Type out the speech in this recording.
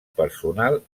personal